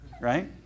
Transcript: right